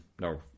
No